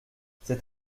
c’est